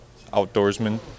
outdoorsman